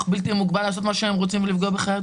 בלתי מוגבל לעשות מה שהם רוצים ולפגוע בחיי התושבים.